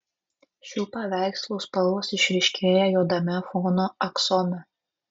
šių paveikslų spalvos išryškėja juodame fono aksome